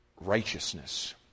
righteousness